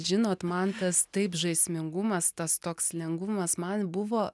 žinot man tas taip žaismingumas tas toks lengvumas man buvo